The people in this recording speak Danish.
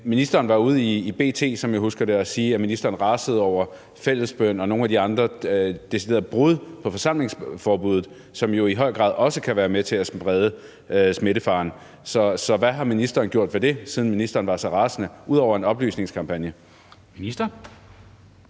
ministeren var ude i B.T., som jeg husker det, og sige, at ministeren rasede over fællesbøn og nogle af de andre deciderede brud på forsamlingsforbuddet, som jo i høj grad også kan være med til at sprede smitten. Så hvad har ministeren gjort ved det, siden ministeren var så rasende, ud over en oplysningskampagne? Kl.